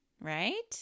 Right